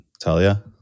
Talia